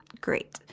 great